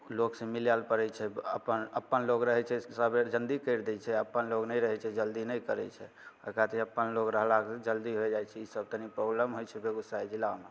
लोक से मिले लए पड़ै छै अपन अपन लोग रहै छै सबेर जल्दी करि दै छै अपन लोग नहि रहै छै जल्दी नहि करै छै ओहि खातिर अपन लोग रहला सऽ जल्दी हो जाइ छै ई सब तनी प्रोब्लम होइ छै बेगूसराय जिलामे